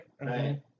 right